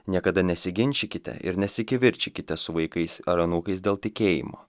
niekada nesiginčykite ir nesikivirčykite su vaikais ar anūkais dėl tikėjimo